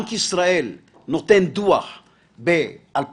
בנק ישראל מוציא דוח ב-2002.